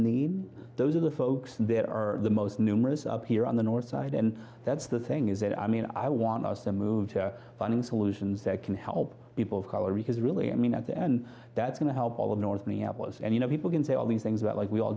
need those are the folks there are the most numerous up here on the north side and that's the thing is that i mean i want us to move to finding solutions that can help people of color because really i mean at the end that's going to help all of north minneapolis and you know people can say all these things about like we all